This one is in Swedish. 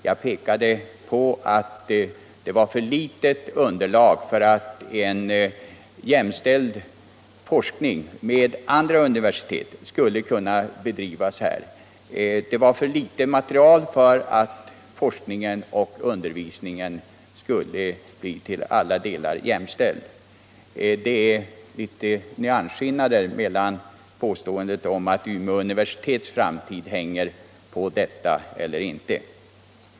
Jag pekade på att det var för litet underlag för att en forskning, jämställd med vad som förekommer vid andra universitet, skall kunna bedrivas här. Det var för litet material för att forskningen och undervisningen skulle bli till alla delar jämställd. Det är vissa nyansskillnader mellan detta påpekande och påståendet att Umeå universitets framtid hänger på denna fråga.